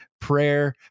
prayer